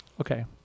Okay